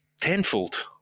tenfold